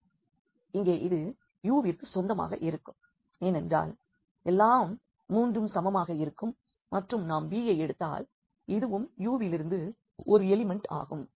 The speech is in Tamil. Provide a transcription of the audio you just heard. எனவே இங்கே இது Uவிற்கு சொந்தமாக இருக்கும் ஏனென்றால் எல்லா மூன்றும் சமமாக இருக்கும் மற்றும் நாம் b ஐ எடுத்தால் இதுவும் U விலிருந்து ஒரு எலிமெண்ட் ஆகும்